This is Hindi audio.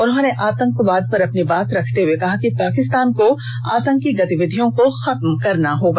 उन्होंने आंतकवाद पर अपनी बात रखते हुए कहा कि पाकिस्तान को आंतकी गतिविधियों को खत्म करना होगा